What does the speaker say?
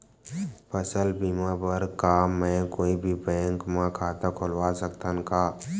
फसल बीमा बर का मैं कोई भी बैंक म खाता खोलवा सकथन का?